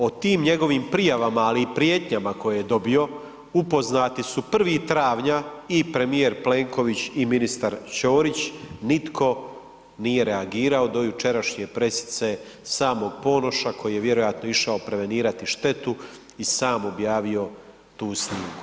O tim njegovim prijavama, ali i prijetnjama koje dobio upoznati su 1. travnja i premijer Plenković i ministar Ćorić, nitko nije reagirao do jučerašnje pressice samog Ponoša koji je vjerojatno išao prevenirati štetu i sam objavio tu snimku.